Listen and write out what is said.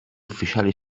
ufficiali